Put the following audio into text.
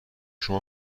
شما